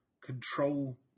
control